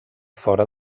fora